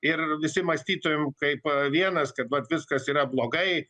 ir visi mąstytumėm kaip vienas kad vat viskas yra blogai